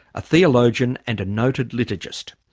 a theologian and a noted liturgist.